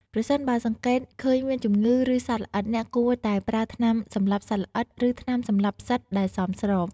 ប្រសិនបើសង្កេតឃើញមានជំងឺ ឬសត្វល្អិត អ្នកគួរតែប្រើថ្នាំសម្លាប់សត្វល្អិត ឬថ្នាំសម្លាប់ផ្សិតដែលសមស្រប។